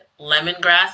lemongrass